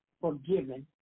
forgiven